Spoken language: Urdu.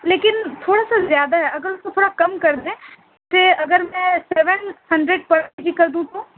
لیکن تھوڑا سا زیادہ ہے اگر اس کو تھوڑا کم کر دیں تو اگر میں سیون ہنڈریڈ پر کے جی کر دوں تو